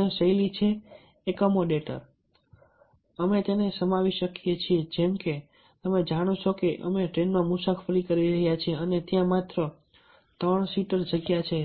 અન્ય શૈલી એકોમોડેટર હોઈ શકે છે અમે તેને સમાવી શકીએ છીએ જેમકે તમે જાણો છો કે અમે ટ્રેનમાં મુસાફરી કરી રહ્યા છીએ અને તે ત્યાં માત્ર ત્રણ સીટર જગ્યા છે